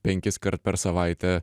penkiskart per savaitę